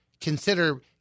consider